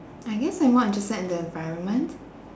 I guess I'm more interested in the environment